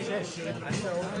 למעשה המפרטים שלנו הם קצרים והם